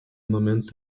момент